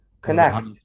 Connect